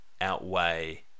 outweigh